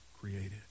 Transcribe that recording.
created